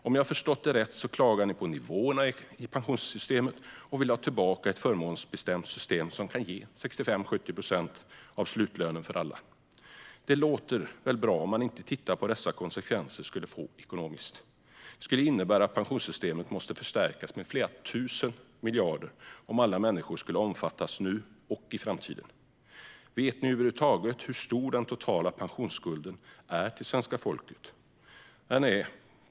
Om jag förstått det rätt klagar ni på nivåerna i pensionssystemet och vill ha tillbaka ett förmånsbestämt system som kan ge mellan 65 och 70 procent av slutlönen till alla. Det låter väl bra - om man inte tittar på vilka konsekvenser detta skulle få ekonomiskt. Detta skulle innebära att pensionssystemet måste förstärkas med flera tusen miljarder om alla människor skulle omfattas nu och i framtiden. Vet ni över huvud taget hur stor den totala pensionsskulden är till det svenska folket totalt sätt?